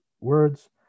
words